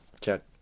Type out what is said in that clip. Check